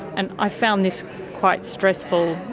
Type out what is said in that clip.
and i found this quite stressful.